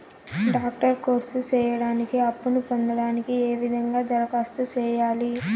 Doctor course సేయడానికి అప్పును పొందడానికి ఏ విధంగా దరఖాస్తు సేయాలి?